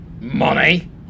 Money